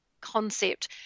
concept